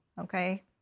Okay